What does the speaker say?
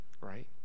right